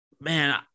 man